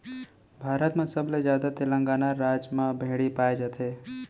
भारत म सबले जादा तेलंगाना राज म भेड़ी पाए जाथे